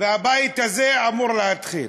והבית הזה אמור להתחיל.